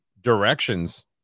directions